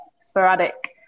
sporadic